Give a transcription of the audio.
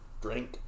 drink